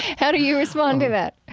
how do you respond to that?